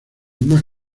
más